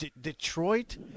Detroit